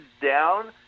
down